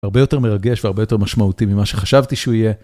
הרבה יותר מרגש והרבה יותר משמעותי ממה שחשבתי שהוא יהיה.